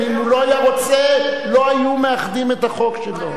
אם הוא לא היה רוצה, לא היו מאחדים את החוק שלו.